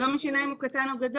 לא משנה אם הוא קטן או גדול.